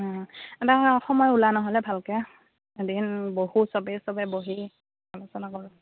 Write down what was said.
এটা সময় ওলা নহ'লে ভালকৈ এদিন বহোঁ সবেই সবে বহি আলোচনা কৰোঁ